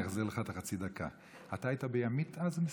אני אחזיר לך את חצי הדקה: אתה היית בימית אז?